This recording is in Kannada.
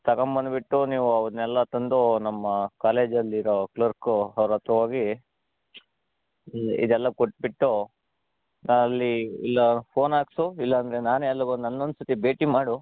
ತಗೊಂಬಂದ್ಬಿಟ್ಟು ನೀವು ಅವುದ್ನೆಲ್ಲ ತಂದು ನಮ್ಮ ಕಾಲೇಜಲ್ಲಿರೊ ಕ್ಲರ್ಕು ಅವ್ರ ಹತ್ತಿರ ಹೋಗಿ ಇದೆಲ್ಲ ಕೊಟ್ಟುಬಿಟ್ಟು ಅಲ್ಲಿ ಇಲ್ಲ ಫೋನ್ ಹಾಕಿಸು ಇಲ್ಲಾಂದರೆ ನಾನೇ ಅಲ್ಲಿ ಬಂದು ನನ್ನ ಒಂದ್ಸತಿ ಭೇಟಿ ಮಾಡು